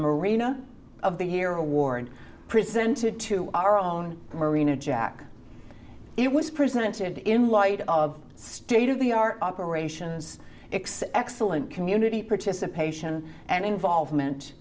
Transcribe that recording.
marina of the year award presented to our own marina jack it was presented in light of state of the our operations excess excellent community participation and involvement